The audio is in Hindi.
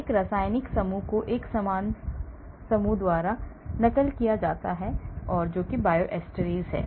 एक रासायनिक समूह को एक समान समूह द्वारा नकल किया जा सकता है जो कि Bioisosteres है